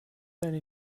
eine